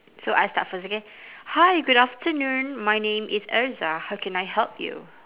so I start first okay hi good afternoon my name is erza how can I help you